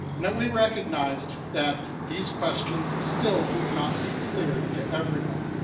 now we recognized that these questions still would not be clear to everyone.